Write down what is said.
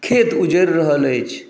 खेत उजरि रहल अछि